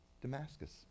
Damascus